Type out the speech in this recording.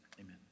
amen